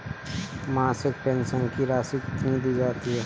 मासिक पेंशन की राशि कितनी दी जाती है?